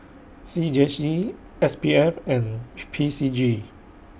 C J C S P F and P C G